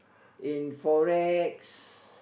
in Forex